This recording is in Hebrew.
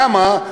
למה?